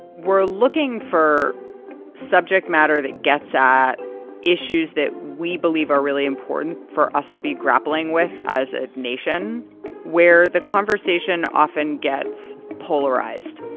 we're looking for subject matter that gets at issues that we believe are really important for us to be grappling with as a nation where the conversation often gets polarized.